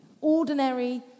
Ordinary